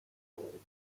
بود